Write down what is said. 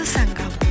Sangam